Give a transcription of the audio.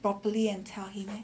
properly and tell him